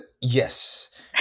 Yes